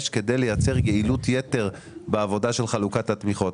כדי לייצר יעילות יתר בעבודה של חלוקת התמיכות.